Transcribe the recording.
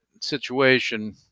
situation